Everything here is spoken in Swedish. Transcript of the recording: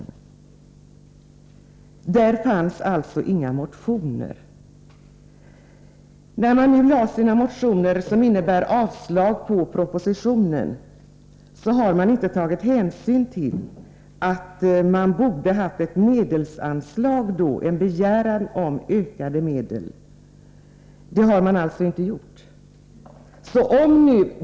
Vid det tillfället väcktes det inga motioner. När riksdagsledamöterna väckte de motioner där det nu yrkas avslag på proposition 109 tog de inte hänsyn till att de borde ha begärt ökade medel. Det har alltså motionärerna inte gjort.